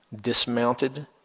dismounted